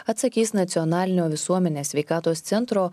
atsakys nacionalinio visuomenės sveikatos centro